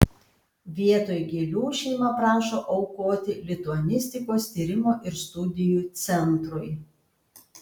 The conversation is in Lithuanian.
vietoj gėlių šeima prašo aukoti lituanistikos tyrimo ir studijų centrui